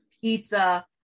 pizza